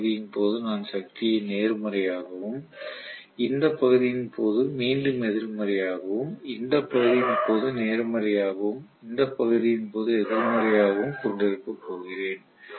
இந்த பகுதியின் போது நான் சக்தியை நேர்மறையாகவும் இந்த பகுதியின் போது மீண்டும் எதிர்மறையாகவும் இந்த பகுதியின் போது நேர்மறையாகவும் இந்த பகுதியின் போது எதிர்மறையாகவும் கொண்டிருக்கப் போகிறேன்